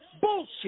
Bullshit